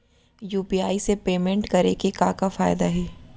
UPI से payment करे के का का फायदा हे?